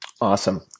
Awesome